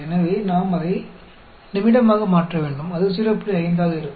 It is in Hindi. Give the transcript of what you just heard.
इसलिए हमें इसे मिनट में बदलने की जरूरत है यह 05 होगी